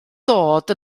dod